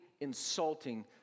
insulting